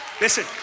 Listen